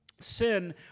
Sin